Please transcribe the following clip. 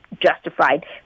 justified